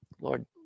Lord